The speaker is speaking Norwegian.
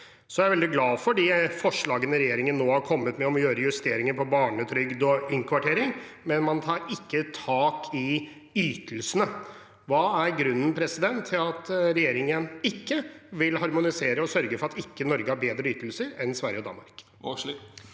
Jeg er veldig glad for de forslagene regjeringen nå har kommet med, om å gjøre justeringer på barnetrygd og innkvartering, men man tar ikke tak i ytelsene. Hva er grunnen til at regjeringen ikke vil harmonisere og sørge for at Norge ikke har bedre ytelser enn Sverige og Danmark?